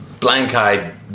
blank-eyed